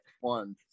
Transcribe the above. one